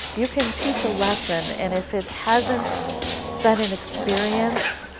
you can teach a lesson, and if it hasn't been an experience,